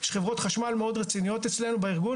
יש חברות חשמל מאוד רציניות אצלנו בארגון,